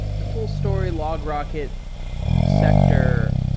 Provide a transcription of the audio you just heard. the fullstory, logrocket sector,